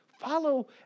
Follow